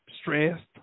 stressed